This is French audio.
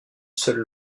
seule